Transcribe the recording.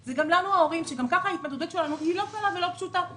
זה גם לנו ההורים שגם ככה ההתמודדות שלנו היא לא קלה ולא פשוטה.